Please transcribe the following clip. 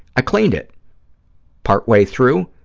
i cleaned it partway through,